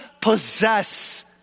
possess